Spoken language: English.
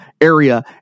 area